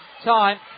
time